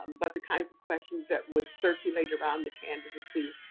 um but the kinds of questions that would circulate around the candidacy,